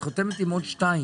את חותמת עם עוד שניים.